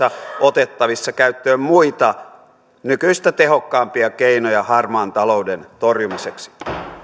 tai vastaavilla otettavissa käyttöön muita nykyistä tehokkaampia keinoja harmaan talouden torjumiseksi